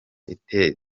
iteza